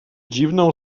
dziwną